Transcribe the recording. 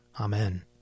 Amen